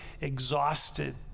exhausted